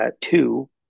Two